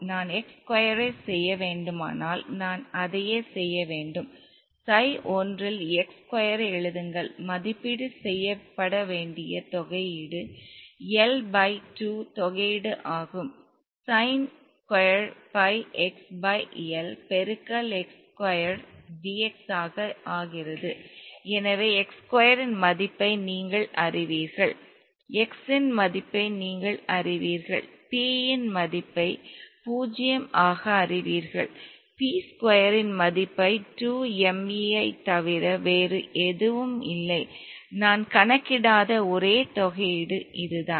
நான் x ஸ்கொயரை செய்ய வேண்டுமானால் நான் அதையே செய்ய வேண்டும் சை 1 இல் x ஸ்கொயரை எழுதுங்கள் மதிப்பீடு செய்யப்பட வேண்டிய தொகையீடு L பை 2 தொகையீடு ஆகும் sine square pi x by L பெருக்கல் x ஸ்கொயர் dx ஆக ஆகிறது எனவே x ஸ்கொயரின் மதிப்பை நீங்கள் அறிவீர்கள் x இன் மதிப்பை நீங்கள் அறிவீர்கள் p இன் மதிப்பை 0 ஆக அறிவீர்கள் p ஸ்கொயரின் மதிப்பை 2 m E ஐத் தவிர வேறு எதுவும் இல்லை நான் கணக்கிடாத ஒரே தொகையீடு இதுதான்